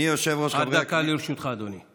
עד דקה לרשותך, אדוני.